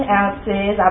ounces